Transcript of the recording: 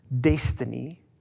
destiny